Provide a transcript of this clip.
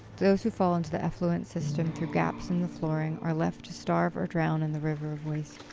those who fall into the effluent system through gaps in the flooring are left to starve or drown in the river of waste.